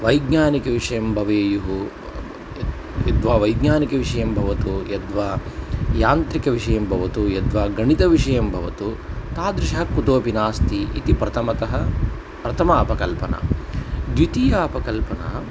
वैज्ञानिकविषयं भवेयुः य यद्वा वैज्ञानिकविषयं भवतु यद्वा यान्त्रिकविषयं भवतु यद्वा गणितविषयं भवतु तादृशात् कुतोऽपि नास्ति इति प्रथमतः प्रथमा अपकल्पना द्वितीया अपकल्पना